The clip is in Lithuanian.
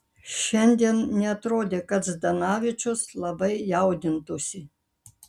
šiandien neatrodė kad zdanavičius labai jaudintųsi